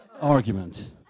argument